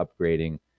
upgrading